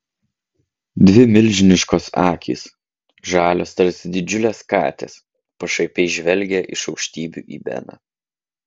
dvi milžiniškos akys žalios tarsi didžiulės katės pašaipiai žvelgė iš aukštybių į beną